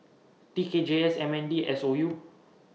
T K G S M N D S O U